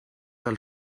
del